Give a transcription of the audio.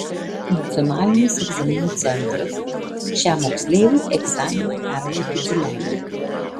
nacionalinis egzaminų centras šiam moksleiviui egzaminą perlaikyti leido